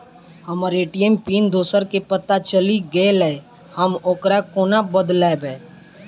हम्मर ATM PIN दोसर केँ पत्ता चलि गेलै, हम ओकरा कोना बदलबै?